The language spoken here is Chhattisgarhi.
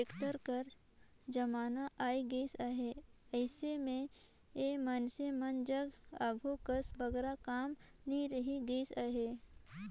टेक्टर कर जमाना आए गइस अहे, अइसे मे ए मइनसे मन जग आघु कस बगरा काम नी रहि गइस अहे